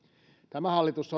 tämä hallitus